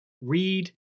Read